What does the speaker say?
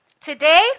today